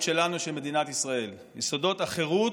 שלנו של מדינת ישראל: יסודות החירות,